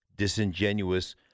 disingenuous